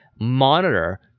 monitor